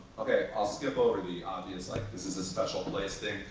okay. i'll skip over the obvious like this is a special place thing.